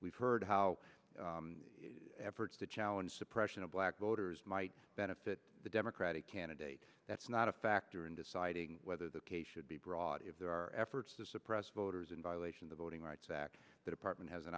we've heard how efforts to challenge suppression of black voters might benefit the democratic candidate that's not a factor in deciding whether the case should be brought if there are efforts to suppress voters in violation of the voting rights act the department has an